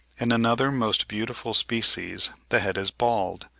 in another most beautiful species the head is bald,